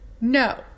No